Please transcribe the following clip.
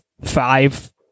five